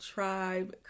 Tribe